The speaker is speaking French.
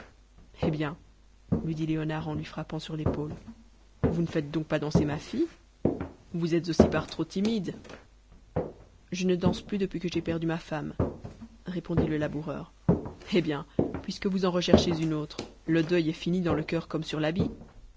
eh bien lui dit léonard en lui frappant sur l'épaule vous ne faites donc pas danser ma fille vous êtes aussi par trop timide je ne danse plus depuis que j'ai perdu ma femme répondit le laboureur eh bien puisque vous en recherchez une autre le deuil est fini dans le cur comme sur l'habit